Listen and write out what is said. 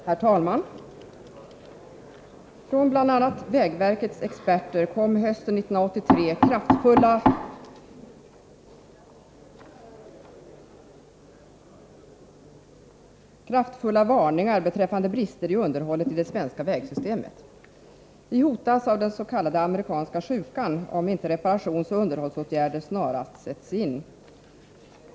Herr talman! Från bl.a. vägverkets experter kom hösten 1983 kraftfulla varningar beträffande brister i underhållet i det svenska vägsystemet. Vi hotas av dens.k. amerikanska sjukan, om inte reparationsoch underhållsåtgärder snarast sätts in.